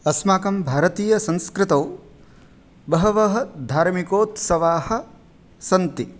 अस्माकं भारतीयसंस्कृतौ बहवः धार्मिकोत्सवाः सन्ति